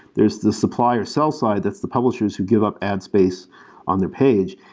there is the supplier sell side, that's the publishers who give up ad space on their page.